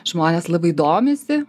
žmonės labai domisi